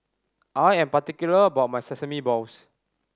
I am particular about my sesame balls